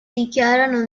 dichiarano